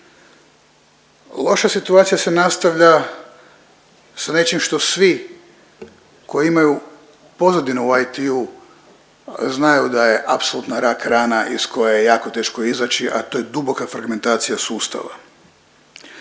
Loša situacija se nastavlja s nečim što svi koji imaju pozadinu u IT-u znaju da je apsolutna rak rana iz koje je jako teško izaći, a to je duboka fragmentacija sustava.